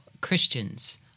Christians